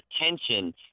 attention